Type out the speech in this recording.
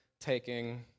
taking